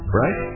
right